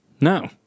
No